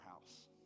house